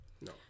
no